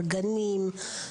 גנים,